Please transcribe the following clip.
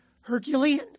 Herculean